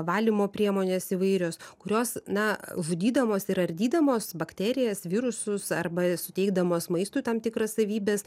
valymo priemonės įvairios kurios na žudydamos ir ardydamos bakterijas virusus arba suteikdamos maistui tam tikras savybes